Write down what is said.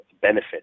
benefit